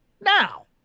Now